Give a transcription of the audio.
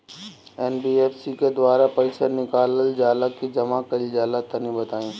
NBFC के द्वारा पईसा निकालल जला की जमा कइल जला तनि बताई?